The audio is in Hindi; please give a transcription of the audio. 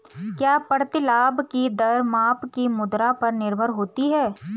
क्या प्रतिलाभ की दर माप की मुद्रा पर निर्भर होती है?